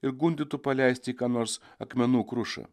ir gundytų paleisti į ką nors akmenų krušą